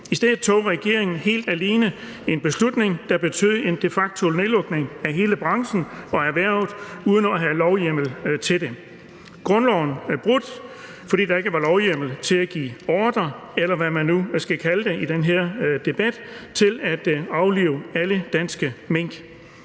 I stedet tog regeringen helt alene en beslutning, der betød en de facto nedlukning af hele branchen og erhvervet uden at have lovhjemmel til det. Grundloven er brudt, fordi der ikke var lovhjemmel til at give ordre, eller hvad man nu skal kalde det i den her debat, til at aflive alle danske mink.